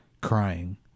crying